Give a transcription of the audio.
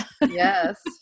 Yes